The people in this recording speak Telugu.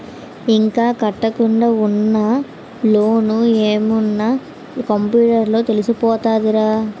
ఇంకా కట్టకుండా ఉన్న లోన్లు ఏమున్న కంప్యూటర్ లో తెలిసిపోతదిరా